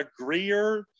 agreeer